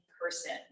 person